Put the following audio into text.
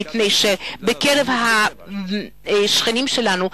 מפני שבקרב השכנים שלנו,